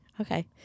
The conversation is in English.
Okay